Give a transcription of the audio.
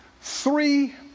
three